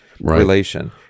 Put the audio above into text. relation